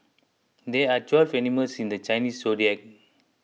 there are twelve animals in the Chinese zodiac